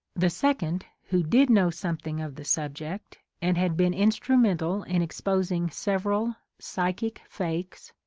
the second, who did know something of the subject and had been instrumental in exposing several psychic fakes,